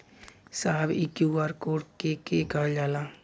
साहब इ QR code के के कहल जाला?